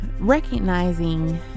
recognizing